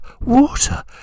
water